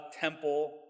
temple